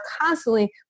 constantly